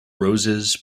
roses